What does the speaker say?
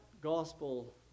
gospel